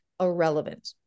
irrelevant